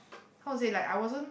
how to say like I wasn't